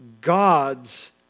God's